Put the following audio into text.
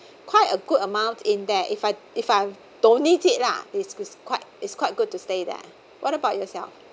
quite a good amount in there if I if I don't need it lah it's it's quite it's quite good to stay there what about yourself